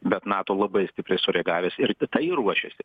bet nato labai stipriai sureagavęs ir tai ruošiasi